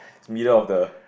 middle of the